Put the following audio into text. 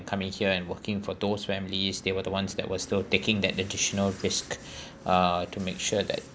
coming here and working for those families they were the ones that were still taking that additional risk uh to make sure that